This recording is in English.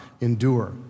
endure